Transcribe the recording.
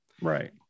right